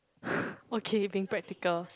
okay being practical